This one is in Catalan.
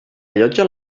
allotja